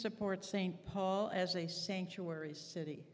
support st paul as a sanctuary city